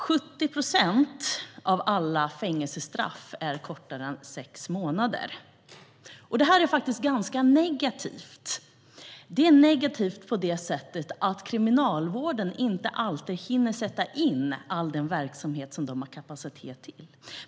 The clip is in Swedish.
70 procent av alla fängelsestraff är kortare än sex månader. Det är faktiskt ganska negativt. Det är negativt på det sättet att kriminalvården inte alltid hinner sätta in all den verksamhet som det finns kapacitet till.